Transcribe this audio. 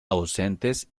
ausentes